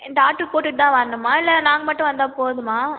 என் டாட்ரு கூட்டிகிட்டு தான் வரணுமா இல்லை நாங்கள் மட்டும் வந்தால் போதுமா